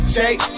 Shake